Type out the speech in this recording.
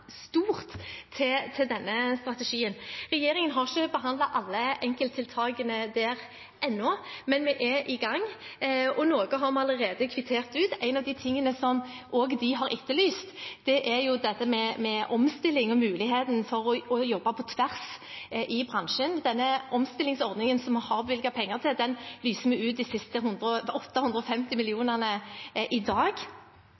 stort til denne strategien. Regjeringen har ikke behandlet alle enkelttiltakene ennå, men vi er i gang, og noe har vi allerede kvittert ut. En av tingene som de har etterlyst, er dette med omstilling og muligheten for å jobbe på tvers i bransjen. Til den omstillingsordningen som vi har bevilget penger til, lyser vi ut de siste